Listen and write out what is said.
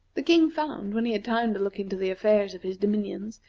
the king found, when he had time to look into the affairs of his dominions,